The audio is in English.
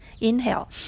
inhale